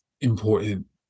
important